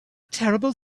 terrible